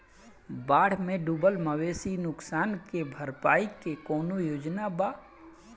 बाढ़ में डुबल मवेशी नुकसान के भरपाई के कौनो योजना वा?